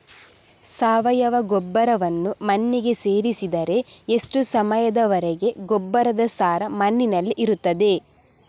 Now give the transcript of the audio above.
ಸಾವಯವ ಗೊಬ್ಬರವನ್ನು ಮಣ್ಣಿಗೆ ಸೇರಿಸಿದರೆ ಎಷ್ಟು ಸಮಯದ ವರೆಗೆ ಗೊಬ್ಬರದ ಸಾರ ಮಣ್ಣಿನಲ್ಲಿ ಇರುತ್ತದೆ?